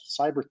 cyber